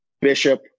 Bishop